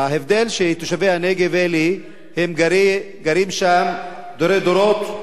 ההבדל, שתושבי הנגב האלה גרים שם דורי דורות,